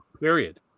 Period